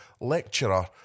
lecturer